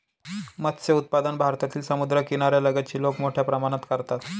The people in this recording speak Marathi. मत्स्य उत्पादन भारतातील समुद्रकिनाऱ्या लगतची लोक मोठ्या प्रमाणात करतात